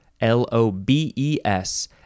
L-O-B-E-S